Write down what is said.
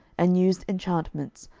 and used enchantments,